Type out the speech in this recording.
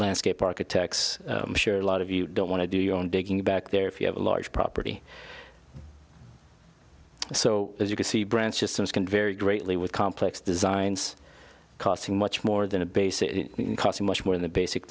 landscape architects a lot of you don't want to do your own digging back there if you have a large property so as you can see branch just it can vary greatly with complex designs costing much more than a basic cost much more in the basic